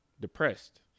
depressed